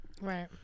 Right